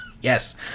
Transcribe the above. Yes